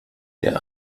der